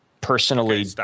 personally